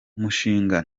umushinga